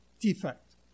defect